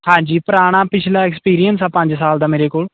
ਹਾਂਜੀ ਪੁਰਾਣਾ ਪਿਛਲਾ ਐਕਸਪੀਰੀਅਂਸ ਆ ਪੰਜ ਸਾਲ ਦਾ ਮੇਰੇ ਕੋਲ